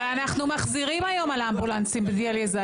אבל אנחנו מחזירים על האמבולנסים בדיאליזה,